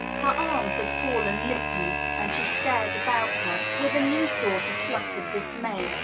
her arms had fallen limply, and she stared about her, with a new sort of fluttered dismay,